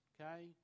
Okay